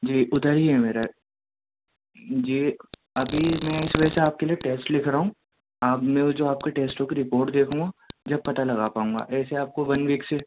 جی ادھر ہی ہے میرا جی ابھی میں اس وجہ سے آپ کے لیے ٹیسٹ رکھ رہا ہوں آپ میں جو آپ کا جو ٹیسٹوں کی رپورٹ دیکھوں گا جب پتہ لگا پاؤنگا ایسے آپ کو ون ویک سے